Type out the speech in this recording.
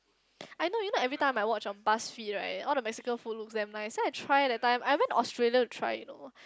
I know you know every time my watch on bus fee right all the Mexican food look damn nice so I try that time I went Australia to try you know